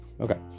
Okay